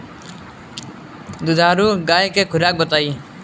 दुधारू गाय के खुराक बताई?